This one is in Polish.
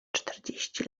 czterdzieści